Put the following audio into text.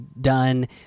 done